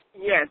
Yes